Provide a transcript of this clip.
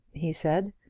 he said.